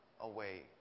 away